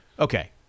Okay